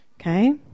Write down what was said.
okay